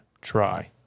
try